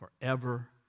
forever